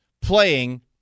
playing